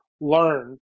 learn